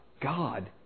God